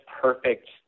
perfect